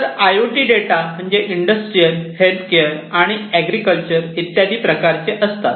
तर I O T data म्हणजे industrial healthcare agriculture इत्यादी प्रकारचे असतात